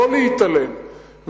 לא להתעלם,